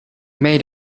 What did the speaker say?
made